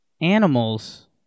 animals